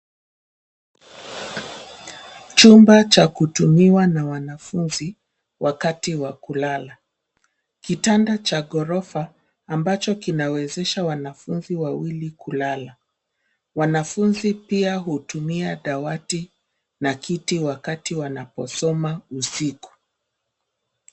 Chumba cha kutumiwa na wanafunzi wakati wa kulala. Kitanda cha ghorofa ambacho kinawezesha wanafunzi wawili kulala. Wanafunzi pia hutumia dawati na kiti wakati wanapo soma usiku.